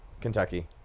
Kentucky